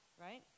right